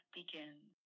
begins